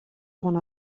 egon